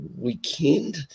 weekend